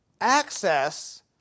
access